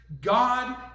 God